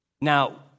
Now